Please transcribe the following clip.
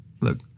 look